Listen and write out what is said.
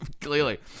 Clearly